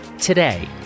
today